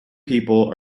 people